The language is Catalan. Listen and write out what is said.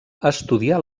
estudià